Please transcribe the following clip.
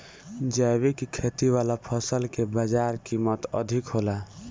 जैविक खेती वाला फसल के बाजार कीमत अधिक होला